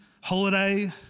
holiday